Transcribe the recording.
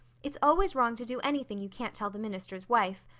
it's always wrong to do anything you can't tell the minister's wife.